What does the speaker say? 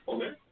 Okay